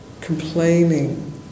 complaining